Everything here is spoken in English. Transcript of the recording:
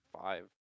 five